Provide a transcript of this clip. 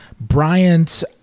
Bryant